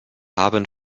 haben